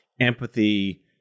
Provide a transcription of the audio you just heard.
empathy